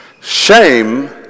Shame